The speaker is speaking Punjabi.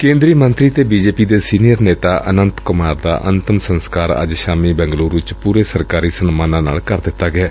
ਕੇਂਦਰੀ ਮੰਤਰੀ ਅਤੇ ਬੀ ਜੇ ਪੀ ਦੇ ਸੀਨੀਅਰ ਨੇਤਾ ਅਨੰਤ ਕੁਮਾਰ ਦਾ ਅੰਤਮ ਸੰਸਕਾਰ ਅੱਜ ਸ਼ਾਮੀ ਬੈਂਗਲੁਰੁ ਚ ਪੁਰੇ ਸਰਕਾਰੀ ਸਨਮਾਨਾਂ ਨਾਲ ਕਰ ਦਿੱਤਾ ਗਿਐ